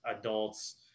adults